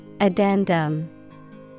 Addendum